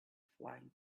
flying